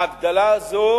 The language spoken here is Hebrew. ההגדלה הזו